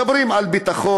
מדברים על ביטחון,